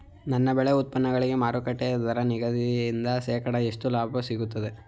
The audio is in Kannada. ನನ್ನ ಬೆಳೆ ಉತ್ಪನ್ನಗಳಿಗೆ ಮಾರುಕಟ್ಟೆ ದರ ನಿಗದಿಯಿಂದ ಶೇಕಡಾ ಎಷ್ಟು ಲಾಭ ಸಿಗುತ್ತದೆ?